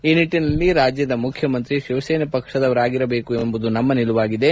ಈ ನಿಟ್ಟನಲ್ಲಿ ರಾಜ್ಯದ ಮುಖ್ಯಮಂತ್ರಿ ಶಿವಸೇನೆ ಪಕ್ಷದವರಾಗಿರಬೇಕು ಎಂಬುದು ನಮ್ನ ನಿಲುವಾಗಿದೆ